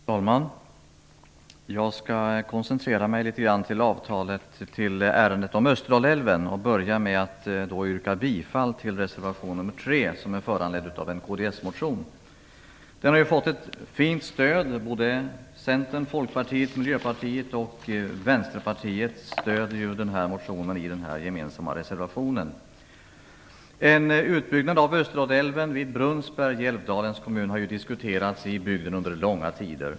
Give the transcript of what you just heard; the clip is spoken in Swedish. Fru talman! Jag skall koncentrera mig litet på ärendet om Österdalälven, och jag börjar med att yrka bifall till reservation 3, som är föranledd av en kdsmotion. Motionen har fått ett fint stöd. Centern, Folkpartiet, Miljöpartiet och Vänsterpartiet stöder motionen i en gemensam reservation. Älvdalens kommun har diskuterats i bygden under lång tid.